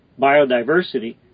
biodiversity